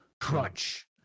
crunch